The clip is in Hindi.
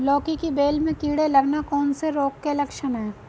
लौकी की बेल में कीड़े लगना कौन से रोग के लक्षण हैं?